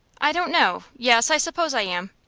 i don't know yes, i suppose i am.